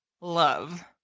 love